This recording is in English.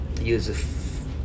use